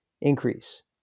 increase